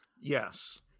Yes